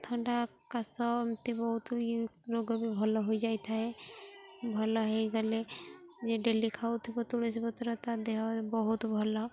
ଥଣ୍ଡା କାଶ ଏମିତି ବହୁତ ଇ ରୋଗ ବି ଭଲ ହୋଇଯାଇ ଥାଏ ଭଲ ହେଇ ଗଲେ ଯେ ଡେଲି ଖାଉଥିବ ତୁଳସୀ ପତ୍ର ତା ଦେହ ବହୁତ ଭଲ